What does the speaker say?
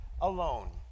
alone